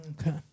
Okay